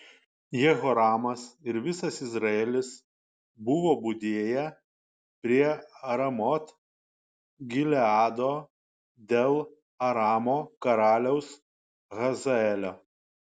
jehoramas ir visas izraelis buvo budėję prie ramot gileado dėl aramo karaliaus hazaelio